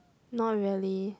not really